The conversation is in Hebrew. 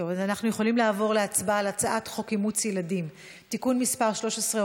אז אנחנו יכולים לעבור להצבעה על הצעת חוק אימוץ ילדים (תיקון מס' 13,